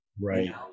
Right